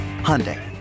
Hyundai